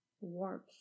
warmth